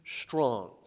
strong